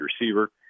receiver